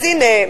אז הנה,